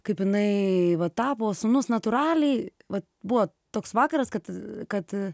kaip jinai va tapo sūnus natūraliai va buvo toks vakaras kad kad